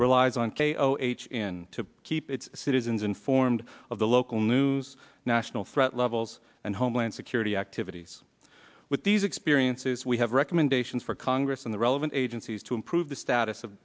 relies on k o h in to keep its citizens informed of the local news national threat levels and homeland security activities with these experiences we have recommendations for congress and the relevant agencies to improve the status of